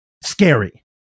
scary